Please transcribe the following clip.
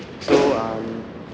so um